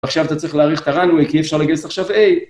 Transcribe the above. עכשיו אתה צריך להאריך את הרנוויי, כי אי אפשר לגייס עכשיו, איי.